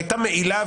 הייתה מעילה,